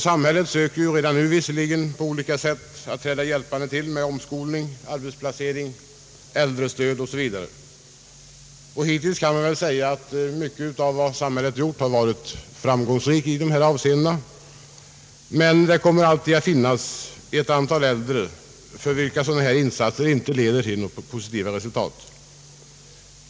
Samhället söker redan nu på olika sätt träda till med omskolning, äldrestöd osv. Man kan väl säg att samhällets insatser i dessa avseenden i mycket har varit framgångsrika, men det kommer alltid att finnas ett antal äldre för vilka sådana insatser inte leder till positiva resultat.